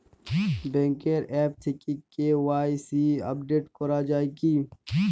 ব্যাঙ্কের আ্যপ থেকে KYC update করা যায় কি?